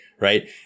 right